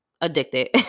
addicted